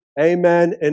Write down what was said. Amen